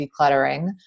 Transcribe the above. decluttering